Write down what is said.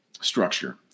structure